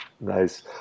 Nice